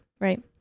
right